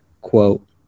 Quote